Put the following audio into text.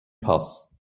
pass